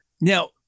Now